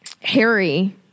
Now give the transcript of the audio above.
harry